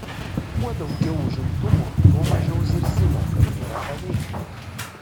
kuo daugiau užimtumo tuo mažiau zirzimo kad nėra ką veikti